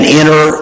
enter